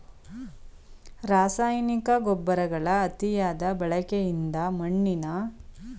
ರಾಸಾಯನಿಕ ಗೊಬ್ಬರಗಳ ಅತಿಯಾದ ಬಳಕೆಯಿಂದ ಮಣ್ಣಿನ ಮೇಲೆ ಉಂಟಾಗುವ ದುಷ್ಪರಿಣಾಮಗಳು ಯಾವುವು?